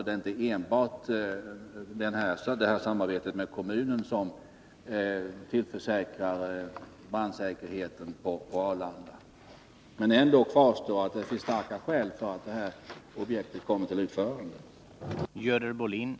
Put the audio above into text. Det är alltså inte enbart Sigtuna kommun som svarar för brandsäkerheten på Arlanda.